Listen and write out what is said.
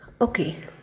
Okay